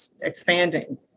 expanding